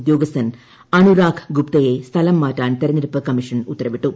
ഉദ്യോഗസ്ഥൻ അനുരാഗ് ഗുപ്തയെ സ്ഥലം മാറ്റാൻ തെരഞ്ഞെടുപ്പ് കമ്മീഷൻ ഉത്തരവിട്ടു